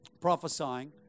prophesying